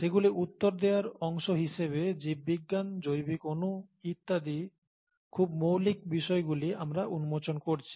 সেগুলি উত্তর দেওয়ার অংশ হিসেবে জীববিজ্ঞান জৈবিক অণু ইত্যাদির খুব মৌলিক বিষয়গুলি আমরা উন্মোচন করছি